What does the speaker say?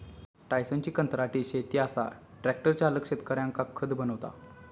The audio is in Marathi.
टायसनची कंत्राटी शेती असा ट्रॅक्टर चालक शेतकऱ्यांका खत बनवता